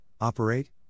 operate